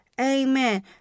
Amen